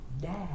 dad